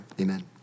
amen